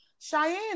Cheyenne